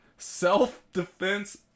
Self-defense